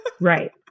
Right